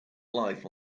life